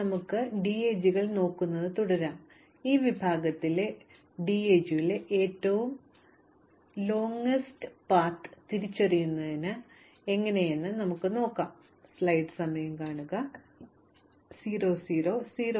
നമുക്ക് DAG കൾ നോക്കുന്നത് തുടരാം ഈ വിഭാഗത്തിൽ ഒരു DAG ലെ ഏറ്റവും ദൈർഘ്യമേറിയ പാത തിരിച്ചറിയുന്നത് എന്ന് വിളിക്കുന്ന വ്യത്യസ്ത പ്രശ്നം നോക്കാം